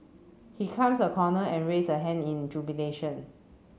he climbs a corner and raise a hand in jubilation